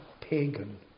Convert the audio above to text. pagan